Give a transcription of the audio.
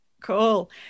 Cool